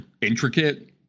intricate